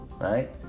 right